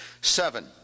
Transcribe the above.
Seven